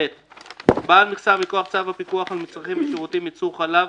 בעל מכסה לייצור ושיווק ביצי מאכל מכוח החוק,